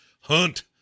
Hunt